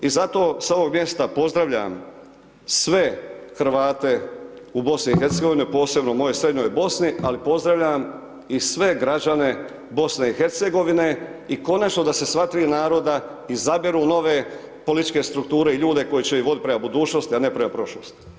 I zato sa ovog mjesta pozdravljam sve Hrvate u BiH posebno moje u Srednjoj Bosni, ali pozdravljam i sve građane BiH i konačno da se sva tri naroda izaberu u nove političke strukture i ljude koji će ih vodit prema budućnosti, a ne prema prošlosti.